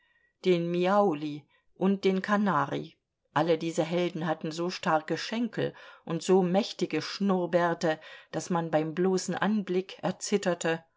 den miauli und den kanari alle diese helden hatten so starke schenkel und so mächtige schnurrbärte daß man beim bloßen anblick erzitterte